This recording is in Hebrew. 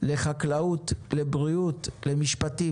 למשרד החקלאות, משרד הבריאות ומשרד המשפטים.